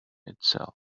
itself